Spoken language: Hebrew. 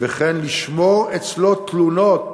וכן לשמור אצלו תלונות